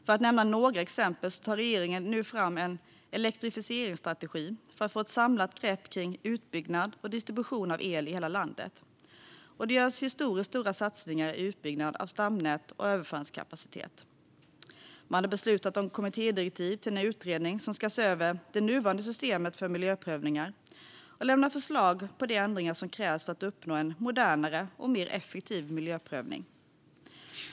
För att nämna några exempel tar regeringen nu fram en elektrifieringsstrategi för att få ett samlat grepp kring utbyggnad och distribution av el i hela landet. Och det görs historiskt stora satsningar på utbyggnad av stamnät och överföringskapacitet. Man har beslutat om kommittédirektiv till en utredning som ska se över det nuvarande systemet för miljöprövningar och lämna förslag på de ändringar som krävs för att uppnå en modernare och mer effektiv miljöprövning.